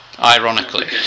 Ironically